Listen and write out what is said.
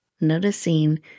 noticing